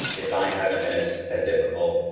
design hasn't been as as difficult.